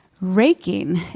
Raking